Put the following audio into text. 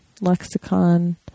lexicon